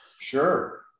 Sure